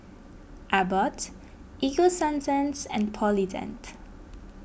Abbott Ego Sunsense and Polident